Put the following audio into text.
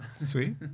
sweet